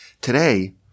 Today